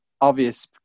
obvious